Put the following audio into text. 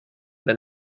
been